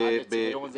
מה אתה אומר?